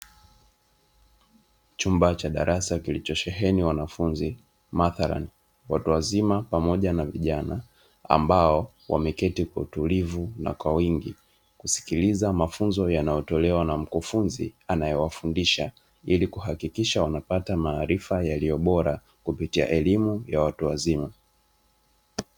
Chumba cha darasa kilichosheheni wanafunzi matharani watu wazima pamoja na vijana ambao wameketi kwa utulivu na kwa wingi kusikiliza mafunzo yanatolewa na mkufunzi anayewafundisha, ili kuhakikisha wanapata maarifa yaliyobora kupitia elimu ya watu wazima.